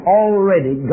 already